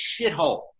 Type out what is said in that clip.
shithole